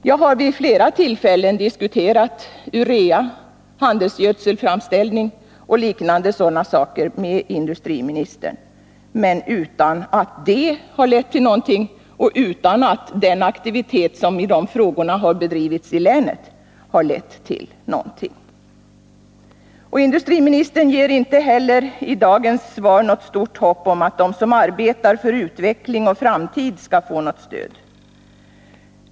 Jag har vid flera tillfällen diskuterat urea, handelsgödselframställning och liknande saker med industriministern, utan att det har lett till någonting och utan att den aktivitet som i de frågorna har bedrivits i länet har fått någon effekt. Industriministern har inte heller i dagens svar gett stort hopp om att de som arbetar för utveckling och framtid skall få något stöd.